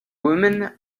woman